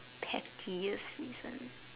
petty this reason